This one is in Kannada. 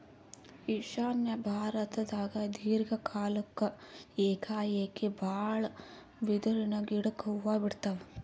ಈಶಾನ್ಯ ಭಾರತ್ದಾಗ್ ದೀರ್ಘ ಕಾಲ್ಕ್ ಏಕಾಏಕಿ ಭಾಳ್ ಬಿದಿರಿನ್ ಗಿಡಕ್ ಹೂವಾ ಬಿಡ್ತಾವ್